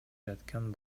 жаткан